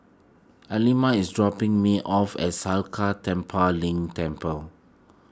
Alima is dropping me off at Sakya Tenphel Ling Temple